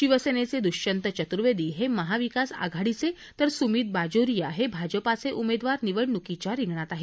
शिवसेनेचे दुष्यंत चतुर्वेदी हे महाविकास आघाडीचे तर सुमित बाजोरिया हे भाजपाचे उमेदवार निवडणूकीच्या रिंगणात आहेत